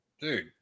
Dude